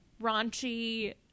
raunchy